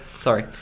sorry